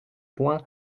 point